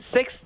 Six